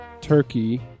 turkey